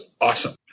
awesome